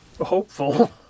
hopeful